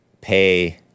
pay